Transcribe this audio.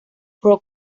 pro